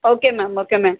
okay ma'am okay ma'am